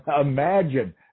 imagine